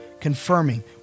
confirming